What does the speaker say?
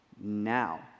now